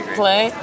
play